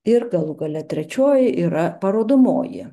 ir galų gale trečioji yra parodomoji